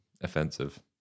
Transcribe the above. offensive